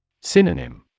Synonym